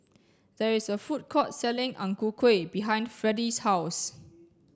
there is a food court selling Ang Ku Kueh behind Freddy's house